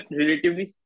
relatively